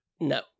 No